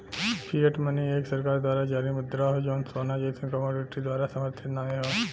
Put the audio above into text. fiat money एक सरकार द्वारा जारी मुद्रा हौ जौन सोना जइसन कमोडिटी द्वारा समर्थित नाहीं हौ